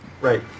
Right